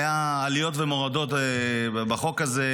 היו עליות ומורדות בחוק הזה,